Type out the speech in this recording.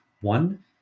one